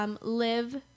Live